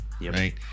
Right